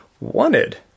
wanted